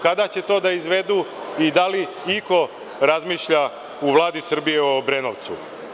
Kada će to da izvedu i da li iko razmišlja u Vladi Srbije o Obrenovcu?